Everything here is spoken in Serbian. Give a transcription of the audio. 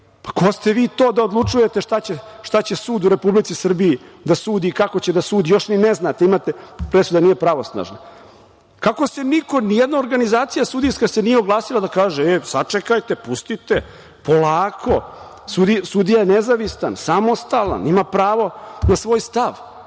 ste vi to da odlučujete šta će sud u Republici Srbiji da sudi i kako će da sudi? Još ni ne znate, presuda nije pravosnažna. Kako se niko, nijedna sudijska organizacija se nije oglasila da kaže – e sačekajte, pustite, polako, sudija je nezavisan, samostalan, ima pravo na svoj stav?